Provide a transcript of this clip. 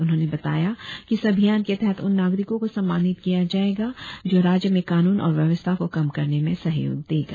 उन्होंने बताया कि इस अभियान के तहत उन नागरिको को सम्मानित किया जाएगा जो राज्य में कानुन और व्यवस्था को कम करने में सहयोग देगा